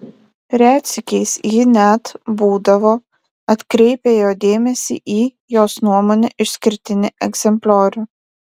retsykiais ji net būdavo atkreipia jo dėmesį į jos nuomone išskirtinį egzempliorių